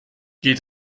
geht